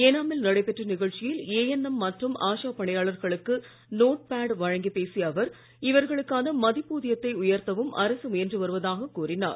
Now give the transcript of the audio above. ஏனாமில் நடைபெற்ற நிகழ்ச்சியில் ஏஎன்எம் மற்றும் ஆஷா பணியாளர்களுக்கு நோட் பேட் வழங்கி பேசிய அவர் இவர்களுக்கான மதிப்பூதியத்தை உயர்த்தவும் அரசு முயன்று வருவதாக கூறினார்